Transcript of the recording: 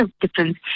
difference